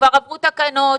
שכבר עברו תקנות,